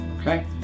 okay